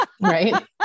Right